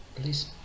Please